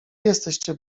jesteście